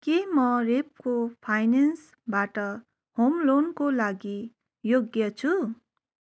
के म रेप्को फाइनेन्सबाट होम लोनका लागि योग्य छु